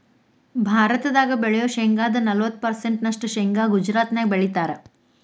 ಭಾರತದಾಗ ಬೆಳಿಯೋ ಶೇಂಗಾದ ನಲವತ್ತ ಪರ್ಸೆಂಟ್ ನಷ್ಟ ಶೇಂಗಾ ಗುಜರಾತ್ನ್ಯಾಗ ಬೆಳೇತಾರ